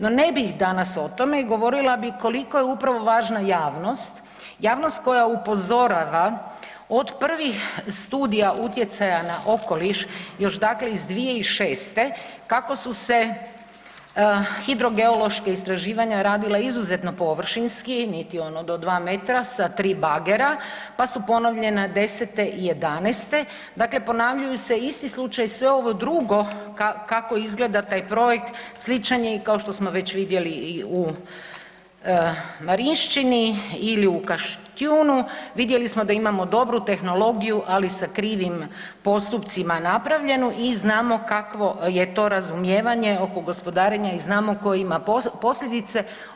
No, ne bih danas o tome, govorila bih koliko je upravo važna javnost, javnost koja upozorava od prvih studija utjecaja na okoliš još dakle iz 2006. kako su se hidrogeološka istraživanja radila izuzetno površinski, niti ono do 2 metra sa 3 bagera pa su ponovljena '10.-te i '11., dakle ponavljaju se isti slučaj sve ovo drugo kako izgleda taj projekt, sličan je i kao što smo već vidjeli i u Marinšćini ili u Kaštijunu, vidjeli smo da imamo dobru tehnologiju, ali sa krivim postupcima napravljenu i znamo kakvo je to razumijevanje oko gospodarenja i znamo tko ima posljedice.